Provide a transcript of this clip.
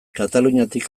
kataluniatik